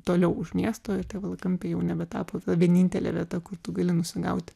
toliau už miesto ir tie valakampiai jau nebetapo ta vienintelė vieta kur tu gali nusigauti